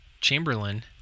Chamberlain